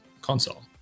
console